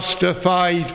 justified